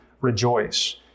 rejoice